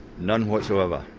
none whatsoever.